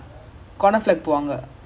uh the opening team flag